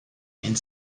and